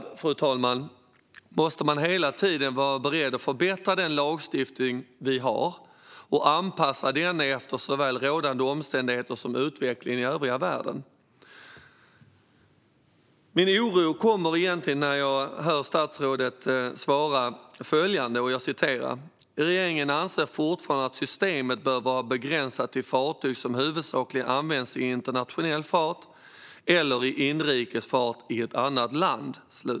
I min värld måste man hela tiden vara beredd att förbättra lagstiftningen och anpassa den efter såväl rådande omständigheter som utvecklingen i övriga världen. Min oro kommer egentligen när jag hör statsrådet svara följande: "Regeringen anser fortfarande att systemet bör vara begränsat till fartyg som huvudsakligen används i internationell fart eller i inrikes fart i ett annat land."